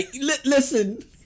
Listen